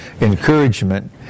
encouragement